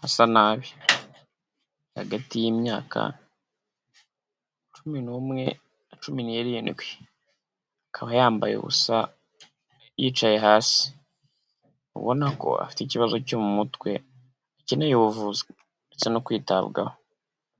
hasa nabi, ari hagati y'imyaka cumi n'umwe na cumi n'irindwi, akaba yambaye ubusa yicaye hasi, ubona ko afite ikibazo cyo mu mutwe akeneye ubuvuzi ndetse no kwitabwaho.